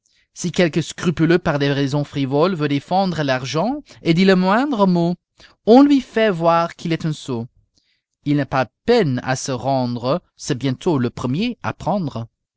si quelque scrupuleux par des raisons frivoles veut défendre l'argent et dit le moindre mot on lui fait voir qu'il est un sot il n'a pas de peine à se rendre c'est bientôt le premier